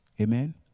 Amen